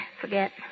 forget